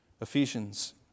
Ephesians